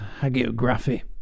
hagiography